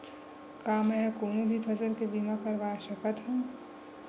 का मै ह कोनो भी फसल के बीमा करवा सकत हव?